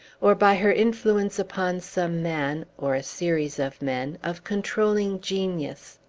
or by her influence upon some man, or a series of men, of controlling genius!